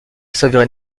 s’avérer